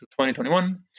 2021